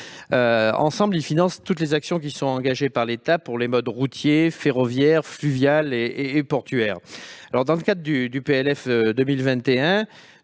Ensemble, ils financent toutes les actions qui sont engagées par l'État pour les modes routier, ferroviaire, fluvial et portuaire. Dans le cadre de la loi